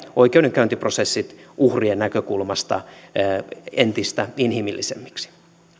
oikeudenkäyntiprosessit uhrien näkökulmasta entistä inhimillisemmiksi